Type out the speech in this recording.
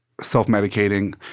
self-medicating